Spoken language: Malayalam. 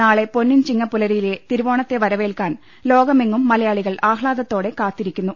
നാളെ പൊന്നിൽ ചിങ്ങപ്പുലരിയിലെ തിരുവോണത്തെ വരവേൽക്കാൻ ലോകമെങ്ങും മല യാളികൾ ആഹ്ലാദത്തോടെ കാത്തിരിക്കുന്നു